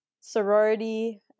sorority